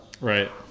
Right